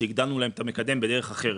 שהגדלנו להם את המקדם בדרך אחרת.